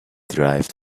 derived